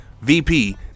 VP